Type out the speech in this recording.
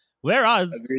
Whereas